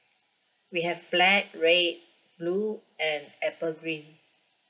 we have black red blue and apple green